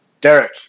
Derek